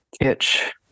itch